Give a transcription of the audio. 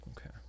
okay